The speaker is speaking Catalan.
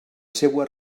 seua